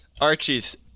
Archie's